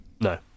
No